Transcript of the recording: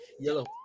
Yellow